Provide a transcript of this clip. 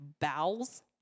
bowels